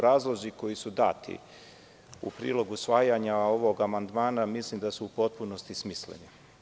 Razlozi koji su dati u prilog usvajanja ovog amandmana mislim da su u potpunosti smisleni.